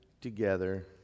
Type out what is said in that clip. together